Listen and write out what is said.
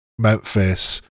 memphis